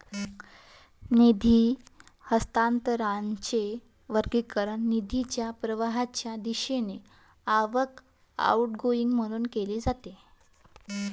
निधी हस्तांतरणाचे वर्गीकरण निधीच्या प्रवाहाच्या दिशेने आवक, आउटगोइंग म्हणून केले जाते